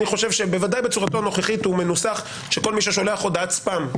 אני חושב שבוודאי בצורתו הנוכחית הוא מנוסח כך שכל מי ששולח הודעת ספאם,